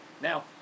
Now